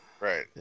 Right